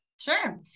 Sure